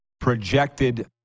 projected